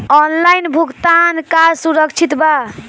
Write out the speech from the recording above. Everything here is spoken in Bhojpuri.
ऑनलाइन भुगतान का सुरक्षित बा?